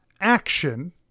action